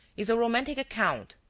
is a romantic account,